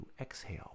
Exhale